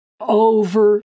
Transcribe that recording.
Over